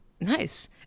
Nice